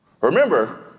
Remember